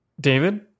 David